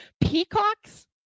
peacocks